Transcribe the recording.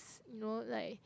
you know like